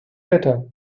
better